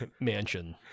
mansion